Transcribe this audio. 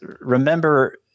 remember